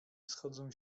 schodzą